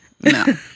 No